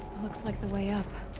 looks like the way up.